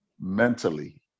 mentally